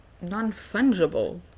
non-fungible